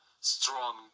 strong